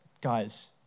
guys